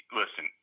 listen